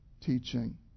teaching